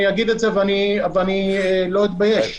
אני אגיד את זה ואני לא אתבייש.